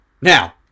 Now